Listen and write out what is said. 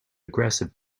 aggressive